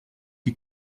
qui